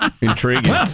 Intriguing